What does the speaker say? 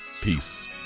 Peace